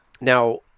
now